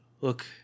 look